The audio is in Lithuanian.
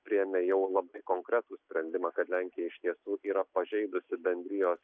priėmė jau labai konkretų sprendimą kad lenkija iš tiesų yra pažeidusi bendrijos